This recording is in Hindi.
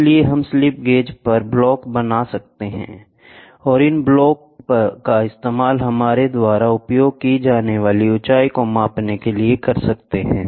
इसलिए हम स्लिप गेज पर ब्लॉक बना सकते हैं और इन ब्लॉकों का इस्तेमाल हमारे द्वारा उपयोग की जाने वाली ऊंचाई को मापने के लिए कर सकते हैं